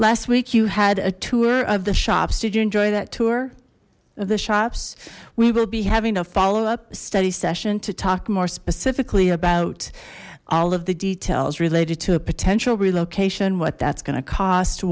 last week you had a tour of the shops did you enjoy that tour of the shops we will be having a follow up study session to talk more specifically about all of the details related to a potential relocation what that's going to cost